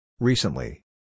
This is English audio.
Recently